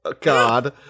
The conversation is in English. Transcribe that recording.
god